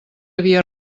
havia